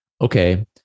Okay